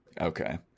Okay